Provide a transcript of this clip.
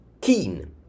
keen